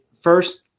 First